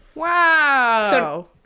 wow